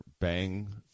bang